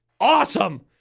awesome